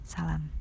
Salam